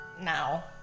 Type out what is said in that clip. now